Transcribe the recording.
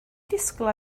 disgwyl